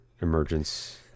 emergence